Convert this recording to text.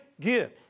give